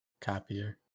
Copier